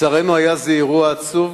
זה היה אירוע עצוב,